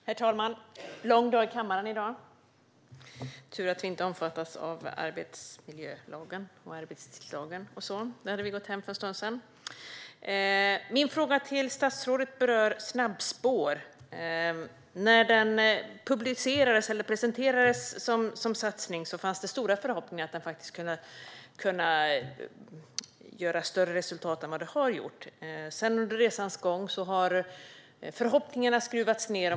Herr talman! Det är en lång dag i kammaren. Det är tur att vi inte omfattas av arbetsmiljölagen och arbetstidslagen. Då hade vi gått hem för en stund sedan. Min fråga till statsrådet rör snabbspår. När satsningen presenterades fanns det stora förhoppningar om att den skulle kunna ge större resultat än vad den har gett. Under resans gång har förhoppningarna skruvats ned.